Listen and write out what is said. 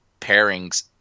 pairings